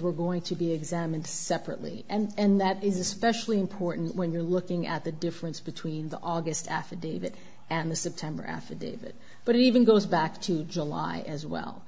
were going to be examined separately and that is especially important when you're looking at the difference between the august affidavit and the september affidavit but even goes back to july as well